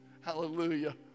hallelujah